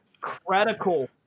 critical